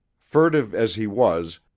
furtive as he was,